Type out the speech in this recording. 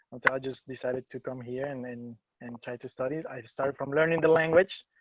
just decided to come here and in and title studied i started from learning the language,